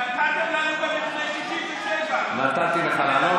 נתתם לנו גם לפני 67'. נתתי לך לענות,